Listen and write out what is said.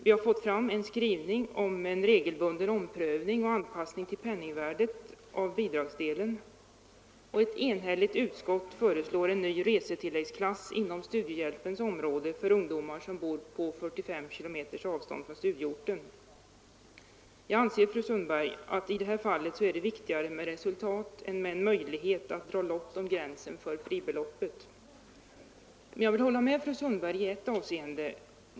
Vi har fått fram en skrivning om en regelbunden omprövning och anpassning till penningvärdet av bidragsdelen, och ett enhälligt utskott föreslår en ny resetilläggsklass inom studiehjälpens område för ungdomar som bor på 45 kilometers avstånd från studieorten. Jag anser, fru Sundberg, att det i det här fallet är viktigare med resultat än med en möjlighet att dra lott om gränsen för fribeloppet. Jag vill hålla med fru Sundberg i ett avseende.